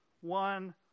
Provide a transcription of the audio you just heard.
One